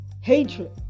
hatred